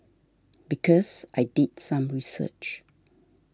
because I did some research